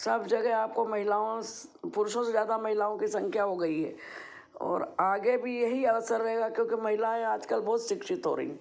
सब जगह आपको महिलाओं पुरुषों से ज़्यादा महिलाओं की संख्या हो गई है और आगे भी यही अवसर रहेगा क्योंकि महिलाएं आजकल बहुत शिक्षित हो रही हैं